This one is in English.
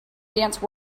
dance